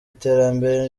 iterambere